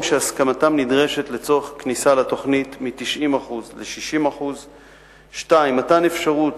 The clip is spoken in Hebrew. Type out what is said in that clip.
שהסכמתם נדרשת לצורך כניסה לתוכנית מ-90% ל-60%; 2. מתן אפשרות